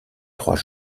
trois